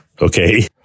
okay